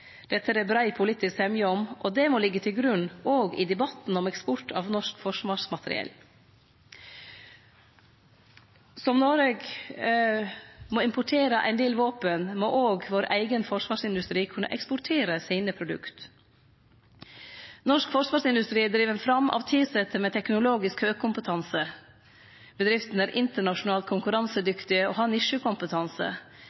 Dette er det brei politisk semje om, og det må liggje til grunn, òg i debatten om eksport av norsk forsvarsmateriell. Som Noreg må importere ein del våpen, må òg vår eigen forsvarsindustri kunne eksportere sine produkt. Norsk forsvarsindustri er driven fram av tilsette med teknologisk høgkompetanse. Bedriftene er internasjonalt